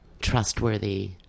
trustworthy